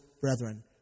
brethren